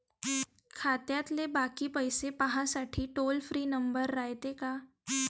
खात्यातले बाकी पैसे पाहासाठी टोल फ्री नंबर रायते का?